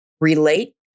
relate